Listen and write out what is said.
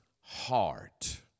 heart